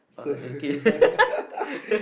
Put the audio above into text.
oh okay